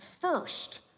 first